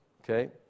okay